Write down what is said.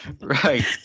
Right